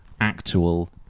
actual